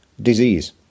disease